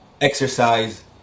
exercise